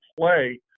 play